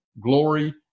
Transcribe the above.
glory